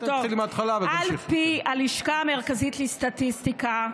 פי הלשכה המרכזית לסטטיסטיקה,